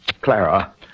Clara